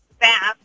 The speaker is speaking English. bath